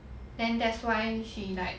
then that's why she like